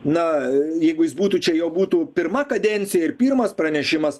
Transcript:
na jeigu jis būtų čia jo būtų pirma kadencija ir pirmas pranešimas